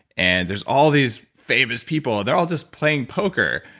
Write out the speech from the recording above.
and there's all these famous people, they're all just playing poker.